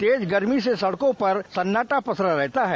तेज़ गर्मी से सड़कों पर सन्नाटा पसरा रहता है